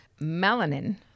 melanin